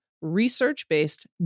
research-based